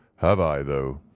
have i though,